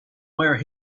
where